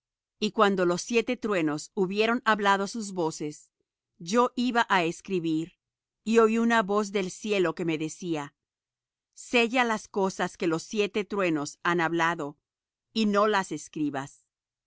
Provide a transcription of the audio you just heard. y cuando los siete truenos hubieron hablado sus voces yo iba á escribir y oí una voz del cielo que me decía sella las cosas que los siete truenos han hablado y no las escribas